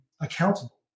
accountable